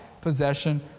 possession